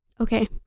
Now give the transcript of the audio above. Okay